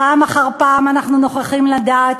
פעם אחר פעם אנחנו נוכחים לדעת